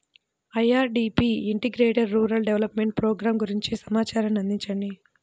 IRDP integrated rural development programme గురించి సమాచారాన్ని అందించండి?